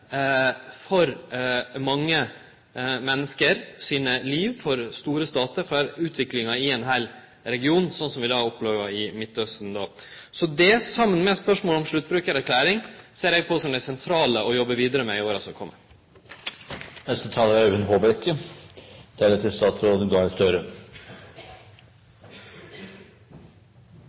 for livet til mange menneske, for store statar, for utviklinga i ein heil region, slik vi opplever i Midtausten. Så dette – saman med spørsmålet om sluttbrukarerklæring – ser eg på som det sentrale å jobbe vidare med i åra som kjem. Kristelig Folkeparti er tilfreds med at det gradvis har blitt et bedre regelverk, større